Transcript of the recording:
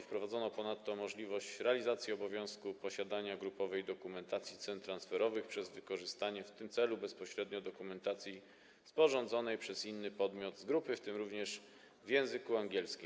Wprowadzono ponadto możliwość realizacji obowiązku posiadania grupowej dokumentacji cen transferowych przez wykorzystanie w tym celu bezpośrednio dokumentacji sporządzonej przez inny podmiot z grupy, w tym również w języku angielskim.